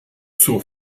zur